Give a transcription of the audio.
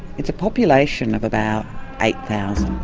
it's a population of about eight thousand,